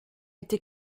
été